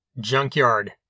Junkyard